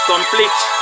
complete